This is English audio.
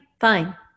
fine